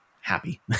happy